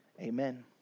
Amen